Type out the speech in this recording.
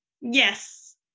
Yes